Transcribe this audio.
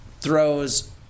throws